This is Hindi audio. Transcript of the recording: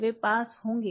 वे पास होंगे